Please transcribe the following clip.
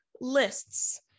lists